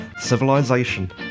civilization